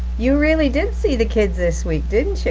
you really didn't see the kids this week, didn't